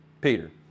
peter